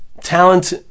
talent